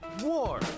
war